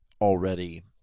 already